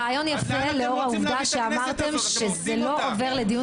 רעיון יפה לאור העובדה שאמרתם שזה לא עובר לדיון